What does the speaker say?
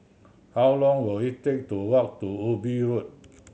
how long will it take to walk to Ubi Road